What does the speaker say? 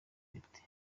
afite